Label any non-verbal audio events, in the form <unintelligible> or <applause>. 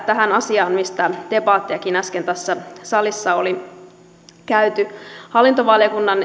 tähän asiaan mistä debattiakin äsken tässä salissa oli käyty hallintovaliokunnalle <unintelligible>